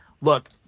look